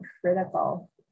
critical